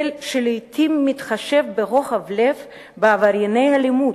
זה שלעתים מתחשב ברוחב לב בעברייני אלימות,